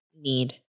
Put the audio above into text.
need